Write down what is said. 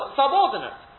subordinate